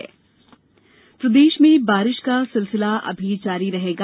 मौसम प्रदेश में बारिश का सिलसिला अभी जारी रहेगा